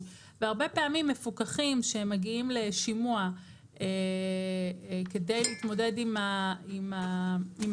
והרבה פעמים מפוקחים שהם מגיעים לשימוע כדי להתמודד עם הרצון